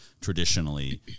traditionally